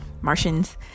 Martians